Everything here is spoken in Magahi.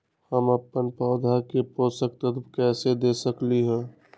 हम अपन पौधा के पोषक तत्व कैसे दे सकली ह?